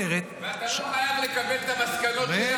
ואתה לא חייב לקבל את המסקנות שלה,